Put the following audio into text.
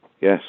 Yes